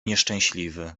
nieszczęśliwy